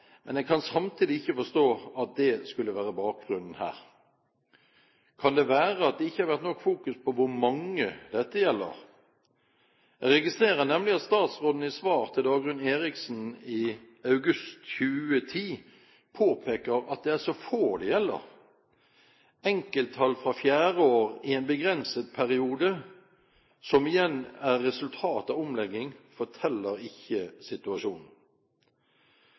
men jeg kan samtidig ikke forstå at det skulle være bakgrunnen her. Kan det være at det ikke har vært nok fokus på hvor mange dette gjelder? Jeg registrerer nemlig at statsråden i svar til Dagrun Eriksen i august 2010 påpeker at det er så få dette gjelder. Enkelttall fra fjerde år i en begrenset periode, som igjen er resultat av omlegging, forteller ikke situasjonen.